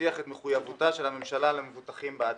שיבטיח את מחויבותה של הממשלה למבוטחים בעתיד.